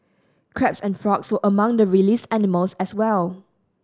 crabs and frogs were among the released animals as well